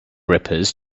rippers